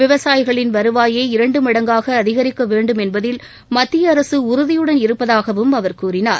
விவசாயிகளின் வருவாயை இரண்டு மடங்காக அதிகரிக்க வேண்டும் என்பதில் மத்திய அரசு உறுதியுடன் இரப்பதாகவும் அவர் கூறினார்